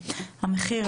והמחיר.